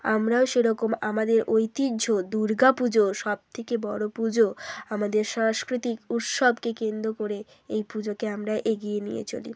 আমরাও সেরকম আমাদের ঐতিহ্য দুর্গা পুজো সবথেকে বড় পুজো আমাদের সাংস্কৃতিক উৎসবকে কেন্দ্র করে এই পুজোকে আমরা এগিয়ে নিয়ে চলি